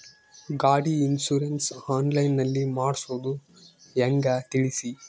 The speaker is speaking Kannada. ಗಾಡಿ ಇನ್ಸುರೆನ್ಸ್ ಆನ್ಲೈನ್ ನಲ್ಲಿ ಮಾಡ್ಸೋದು ಹೆಂಗ ತಿಳಿಸಿ?